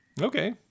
Okay